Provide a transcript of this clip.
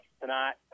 tonight